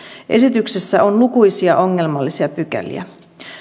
esityksessä on lukuisia ongelmallisia pykäliä